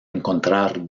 encontrar